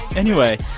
anyway,